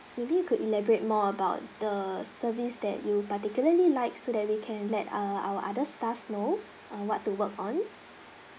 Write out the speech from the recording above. maybe you could elaborate more about the service that you particularly like so that we can let uh our other staff know uh what to work on